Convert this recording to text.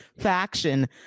faction